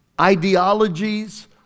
ideologies